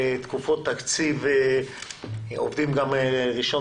בתקופות תקציב עובדים גם ביום ראשון